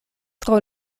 tro